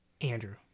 Andrew